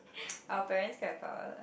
our parents quite power lah